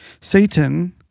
Satan